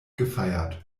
gefeiert